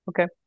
okay